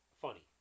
funny